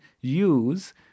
use